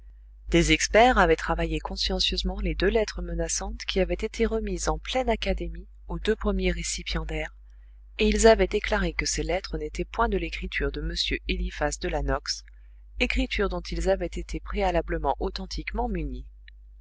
des experts avaient travaillé consciencieusement les deux lettres menaçantes qui avaient été remises en pleine académie aux deux premiers récipiendaires et ils avaient déclaré que ces lettres n'étaient point de l'écriture de m eliphas de la nox écriture dont ils avaient été préalablement authentiquement munis